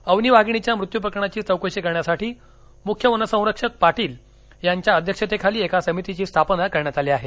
अवनी वाघिणीच्या मृत्यूप्रकरणाची चौकशी करण्यासाठी मुख्य वनसंरक्षक पाटील यांच्या अध्यक्षतेखाली एका समितीची स्थापना करण्यात आली आहे